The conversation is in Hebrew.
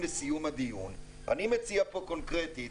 אני מציע פה קונקרטית: